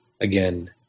again